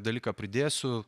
dalyką pridėsiu